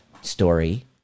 story